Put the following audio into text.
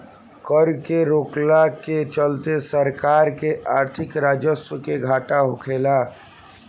कर के रोकला के चलते सरकार के आर्थिक राजस्व के घाटा होखेला